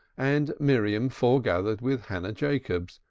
and miriam forgathered with hannah jacobs,